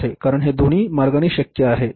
कारण हे दोन्ही मार्गाने शक्य आहे बरोबर